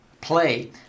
play